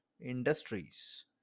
industries